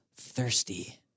thirsty